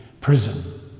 prison